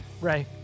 Ray